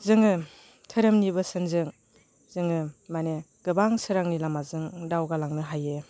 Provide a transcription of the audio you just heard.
जोङो धोरोमनि बोसोनजों जोङो माने गोबां सोरांनि लामाजों दावगालांनो हायो